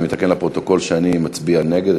אני מתקן לפרוטוקול שאני מצביע נגד.